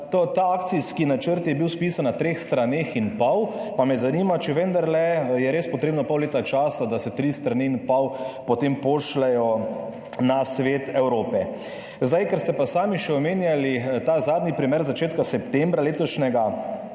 Ta akcijski načrt je bil spisan na treh straneh in pol, pa me zanima, ali je vendarle res potrebnega pol leta časa, da se tri strani in pol potem pošljejo na Svet Evrope. Ker ste pa sami še omenjali ta zadnji primer z začetka septembra letošnjega